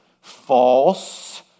false